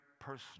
personal